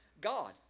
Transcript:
God